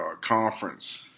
conference